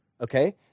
okay